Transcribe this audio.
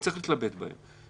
נצטרך להתלבט בהן.